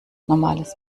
normales